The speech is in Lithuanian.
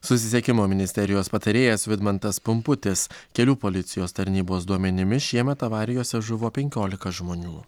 susisiekimo ministerijos patarėjas vidmantas pumputis kelių policijos tarnybos duomenimis šiemet avarijose žuvo penkiolika žmonių